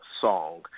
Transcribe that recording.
song